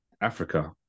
Africa